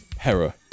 Hera